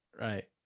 right